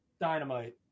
Dynamite